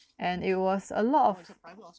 and it was a lot of